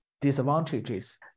disadvantages